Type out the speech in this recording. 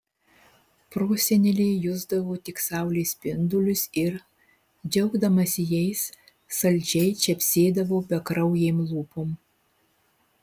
prosenelė jusdavo tik saulės spindulius ir džiaugdamasi jais saldžiai čepsėdavo bekraujėm lūpom